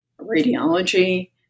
radiology